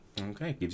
okay